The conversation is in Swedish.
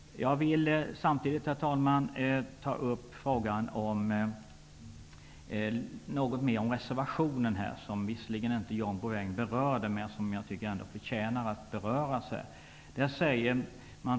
Jag vill samtidigt, herr talman, ta upp en sak i reservationen, som John Bouvin visserligen inte berörde men som jag tycker ändå förtjänar att kommenteras.